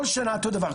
כל שנה אותו דבר.